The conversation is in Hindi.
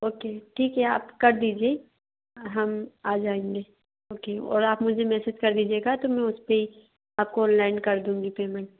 ओके ठीक है आप कर दीजिए हम आ जाएंगे ओके और आप मुझे मेसेज कर दीजिएगा तो में उस पर आपको ओनलाइन कर दूँगी पेमेंट